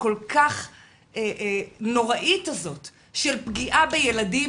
הכל כך נוראית הזאת של פגיעה בילדים,